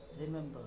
Remember